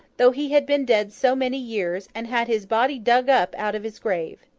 though he had been dead so many years, and had his body dug up out of his grave.